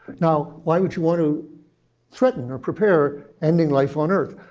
now, why would you want to threaten or prepare ending life on earth?